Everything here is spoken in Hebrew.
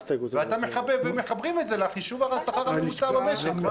אתה מחבר את זה לחישוב השכר הממוצע במשק.